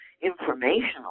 informational